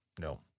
No